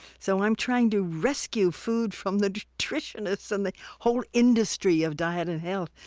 so i'm trying to rescue food from the nutritionists and the whole industry of diet and health,